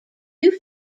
two